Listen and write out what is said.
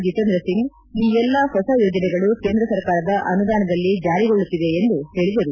ಜಿತೇಂದ್ರ ಸಿಂಗ್ ಈ ಎಲ್ಲಾ ಹೊಸ ಯೋಜನೆಗಳು ಕೇಂದ್ರ ಸರ್ಕಾರದ ಅನುದಾನದಲ್ಲಿ ಜಾರಿಗೊಳ್ಳುತ್ತಿವೆ ಎಂದು ಹೇಳದರು